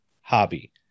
hobby